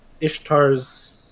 Ishtar's